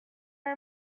are